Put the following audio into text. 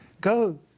go